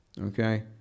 Okay